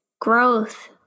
growth